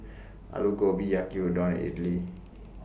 Alu Gobi Yaki Udon and Idili